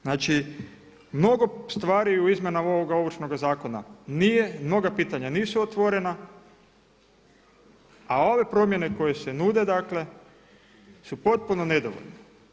Znači mnogo stvari u izmjenama ovoga Ovršnoga zakona nije, mnoga pitanja nisu otvorena, a ove promjene koje se nude dakle su potpuno nedovoljne.